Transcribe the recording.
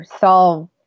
solve